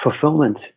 fulfillment